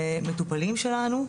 ומטופלים שלנו.